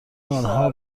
آنها